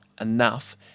enough